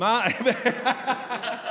בלי סוסים.